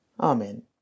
Amen